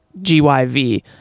GYV